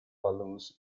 balloons